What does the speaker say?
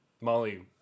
Molly